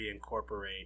reincorporate